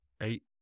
eight